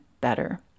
better